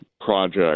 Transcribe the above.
project